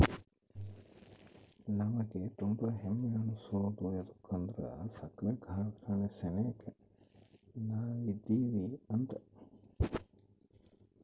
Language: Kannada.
ನಮಿಗೆ ತುಂಬಾ ಹೆಮ್ಮೆ ಅನ್ಸೋದು ಯದುಕಂದ್ರ ಸಕ್ರೆ ಕಾರ್ಖಾನೆ ಸೆನೆಕ ನಾವದಿವಿ ಅಂತ